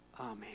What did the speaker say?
Amen